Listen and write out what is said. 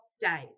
days